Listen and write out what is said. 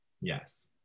Yes